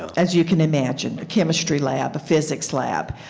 as you can imagine, chemistry lab, physics lab.